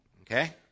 Okay